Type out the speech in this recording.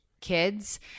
Kids